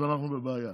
אז אנחנו בבעיה.